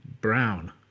Brown